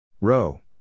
Row